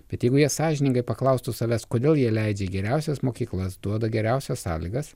bet jeigu jie sąžiningai paklaustų savęs kodėl jie leidžia į geriausias mokyklas duoda geriausias sąlygas